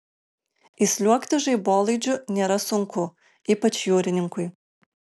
įsliuogti žaibolaidžiu nėra sunku ypač jūrininkui